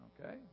Okay